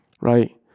right